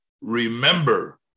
remember